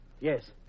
Yes